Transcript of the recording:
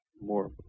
more